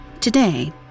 Today